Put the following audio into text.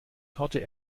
torte